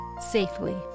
safely